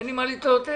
אין לי מה לתלות תקוות.